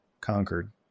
conquered